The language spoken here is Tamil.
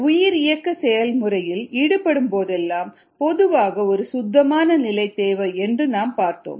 உயிரியக்க செயல்முறை இல் ஈடுபடும்போதெல்லாம் பொதுவாக ஒரு சுத்தமான நிலை தேவை என்று நாம் பார்த்தோம்